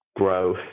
grow